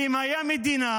כי אם הייתה מדינה